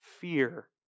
Fear